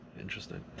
interesting